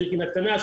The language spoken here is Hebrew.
סירקין הקטנה,